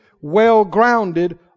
Well-grounded